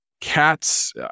cats